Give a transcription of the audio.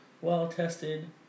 well-tested